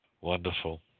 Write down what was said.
Wonderful